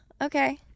okay